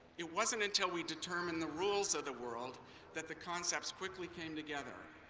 it wasn't until we determined the rules of the world that the concepts quickly came together.